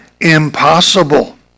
impossible